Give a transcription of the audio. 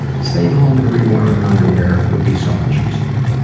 staying home, and rewearing underwear would be so much easier.